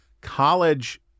College